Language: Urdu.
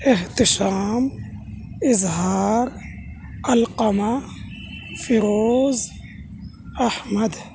احتشام اظہار علقمہ فیروز احمد